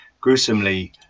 gruesomely